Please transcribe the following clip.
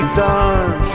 done